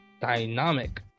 dynamic